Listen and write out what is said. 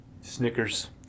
Snickers